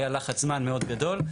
היה לחץ זמן מאוד גדול.